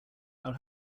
will